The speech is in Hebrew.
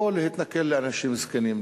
או להתנכל לאנשים זקנים.